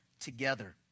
together